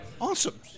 Awesome